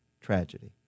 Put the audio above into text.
tragedy